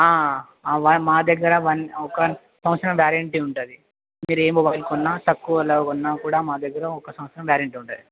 అవ్వ మా దగ్గర వన్ ఒక సంవత్సరం వారంటీ ఉంటుంది మీరు ఏ మొబైల్ కొన్నా తక్కువలో కొన్నా కూడా మా దగ్గర ఒక్క సంవత్సరం వారంటీ ఉంటుంది